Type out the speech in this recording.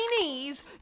knees